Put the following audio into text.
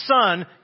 son